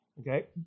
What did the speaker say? Okay